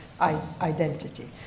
identity